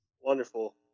Wonderful